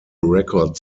record